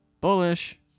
Bullish